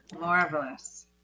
Marvelous